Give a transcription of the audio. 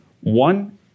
One